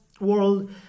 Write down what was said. world